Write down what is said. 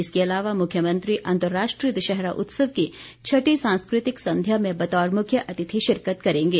इसके अलावा मुख्यमंत्री अंतर्राष्ट्रीय दशहरा उत्सव की छठी सांस्कृतिक संध्या में बतौर मुख्य अतिथि शिरकत करेंगे